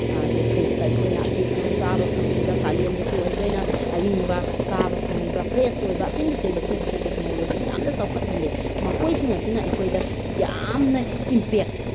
ꯑꯗꯒꯤ ꯐ꯭ꯔꯤꯖꯇ ꯑꯩꯈꯣꯏꯅ ꯑꯇꯦꯛ ꯑꯅꯧ ꯆꯥꯕ ꯐꯪꯂꯤꯕ ꯀꯥꯂꯦꯟꯗꯁꯨ ꯑꯩꯈꯣꯏꯅ ꯑꯌꯤꯡꯕ ꯆꯥꯕ ꯐꯪꯂꯤꯕ ꯐ꯭ꯔꯦꯁ ꯑꯣꯏꯕ ꯑꯁꯤꯅꯆꯤꯡꯕꯁꯤꯡ ꯑꯁꯦ ꯇꯦꯛꯅꯣꯂꯣꯖꯤ ꯌꯥꯝꯅ ꯆꯥꯎꯈꯠꯍꯜꯂꯦ ꯃꯈꯣꯏꯁꯤꯡ ꯑꯁꯤꯅ ꯑꯩꯈꯣꯏꯗ ꯌꯥꯝꯅ ꯏꯝꯄꯦꯛ